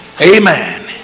Amen